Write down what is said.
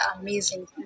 amazing